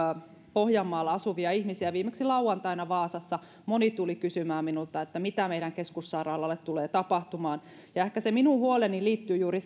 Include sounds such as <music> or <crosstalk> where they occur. pohjanmaalla asuvia ihmisiä viimeksi lauantaina vaasassa moni tuli kysymään minulta että mitä meidän keskussairaalallemme tulee tapahtumaan ehkä se minun huoleni liittyy juuri <unintelligible>